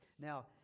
Now